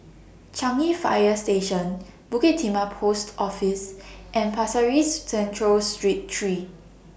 Changi Fire Station Bukit Timah Post Office and Pasir Ris Central Street three